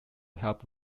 help